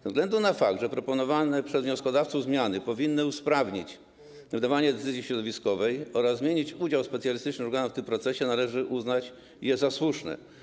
Ze względu na fakt, że proponowane przez wnioskodawców zmiany powinny usprawnić wydawanie decyzji środowiskowych oraz zmienić udział specjalistycznych organów w tym procesie, należy uznać je za słuszne.